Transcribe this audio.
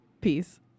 Peace